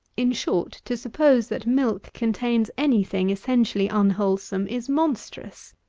in short, to suppose that milk contains any thing essentially unwholesome is monstrous.